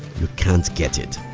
you can't get it.